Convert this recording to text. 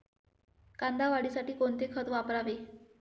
कांदा वाढीसाठी कोणते खत वापरावे?